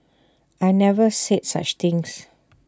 I never said such things